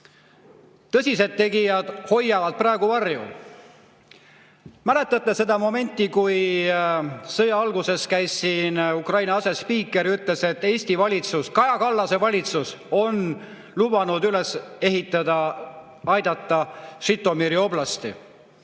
Tõsised tegijad hoiavad praegu varju. Mäletate seda momenti, kui sõja alguses käis siin Ukraina asespiiker ja ütles, et Eesti valitsus, Kaja Kallase valitsus on lubanud aidata üles ehitada Žõtomõri oblasti.